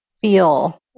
feel